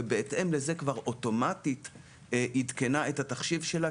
ובהתאם לזה היא אוטומטית עדכנה את התחשיב שלה,